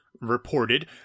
Reported